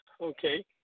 Okay